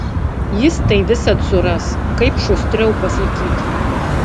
jis tai visad suras kaip šustriau pasakyt